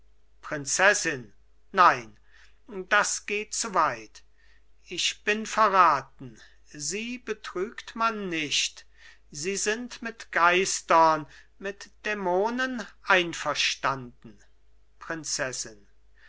prinzessin nein das geht zu weit ich bin verraten sie betrügt man nicht sie sind mit geistern mit dämonen einverstanden prinzessin